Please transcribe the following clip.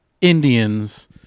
Indians